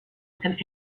and